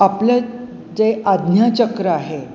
आपलं जे आज्ञाचक्र आहे